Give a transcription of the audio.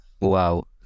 Wow